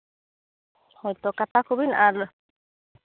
ᱦᱳᱭᱛᱳ ᱠᱟᱛᱷᱟ ᱠᱚᱵᱤᱱ ᱟᱨ